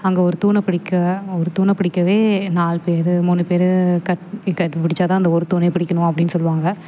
அங்கே ஒரு தூணை பிடிக்க ஒரு தூணை பிடிக்கவே நாலு பேரு மூணு பேர் கட் கட்டி பிடிச்சாதான் அந்த ஒரு தூணையே பிடிக்கணும் அப்படின்னு சொல்லுவாங்க